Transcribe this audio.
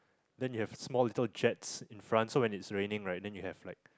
then you have small little jets in front so when it's raining right then you have like